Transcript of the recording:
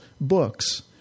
books